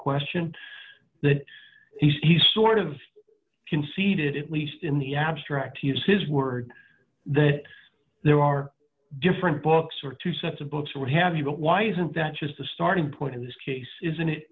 question that he's sort of conceded at least in the abstract to use his word that there are different books or two sets of books or what have you but why isn't that just a starting point in this case isn't it